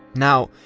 now.